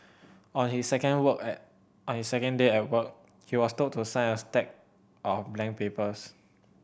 on his second work at on his second day at work he was told to sign a stack of blank papers